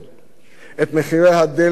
את מחירי הדלק המאמירים?